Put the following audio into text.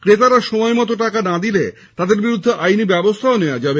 ক্রেতারা সময় মতো টাকা না দিয়ে তাদের বিরুদ্ধে আইনী ব্যবস্হাও নেওয়া যাবে